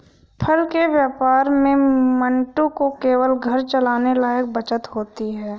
फल के व्यापार में मंटू को केवल घर चलाने लायक बचत होती है